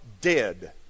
dead